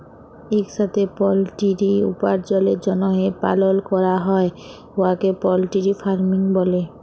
ইকসাথে পলটিরি উপার্জলের জ্যনহে পালল ক্যরা হ্যয় উয়াকে পলটিরি ফার্মিং ব্যলে